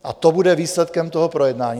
A to bude výsledkem toho projednání?